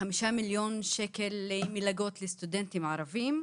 חמישה מיליון שקל מלגות לסטודנטים ערבים,